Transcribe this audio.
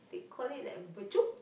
they call it like